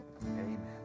amen